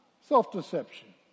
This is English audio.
Self-deception